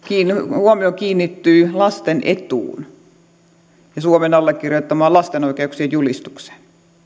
huomio kiinnittyy lasten etuun ja suomen allekirjoittamaan lapsen oikeuksien julistukseen